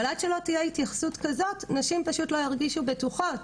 אבל עד שלא תהיה התייחסות כזאת נשים פשוט לא ירגישו בטוחות